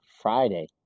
Friday